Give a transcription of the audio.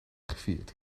gevierd